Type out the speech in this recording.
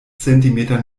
zentimeter